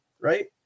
right